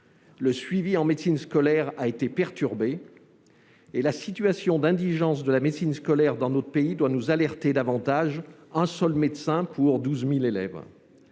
Le suivi en médecine scolaire a été perturbé. La situation d'indigence de la médecine scolaire dans notre pays doit nous alerter davantage encore : un seul médecin pour 12 000 élèves